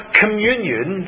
communion